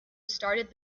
started